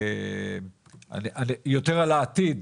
על העתיד.